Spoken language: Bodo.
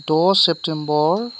द' सेप्टेम्बर